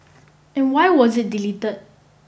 and why was it delete